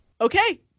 okay